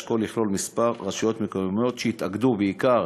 אשכול יכלול כמה רשויות מקומיות שיתאגדו בעיקר